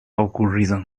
ocurrido